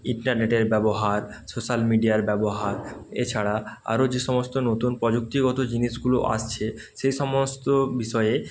ইন্টারনেটের ব্যবহার সোশ্যাল মিডিয়ার ব্যবহার এছাড়া আরও যে সমস্ত নতুন প্রযুক্তিগত জিনিসগুলো আসছে সে সমস্ত বিষয়ে